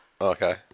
okay